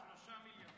3 מיליון.